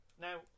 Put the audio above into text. Now